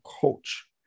coach